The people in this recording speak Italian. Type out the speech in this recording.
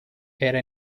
era